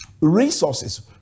Resources